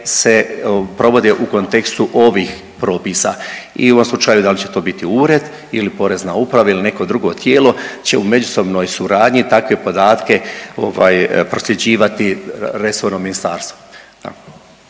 se provode u kontekstu ovih propisa i u ovom slučaju, da li će to biti ured ili Porezna uprava ili neko drugo tijelo će u međusobnoj suradnji takve podatke ovaj prosljeđivati resornom ministarstvu.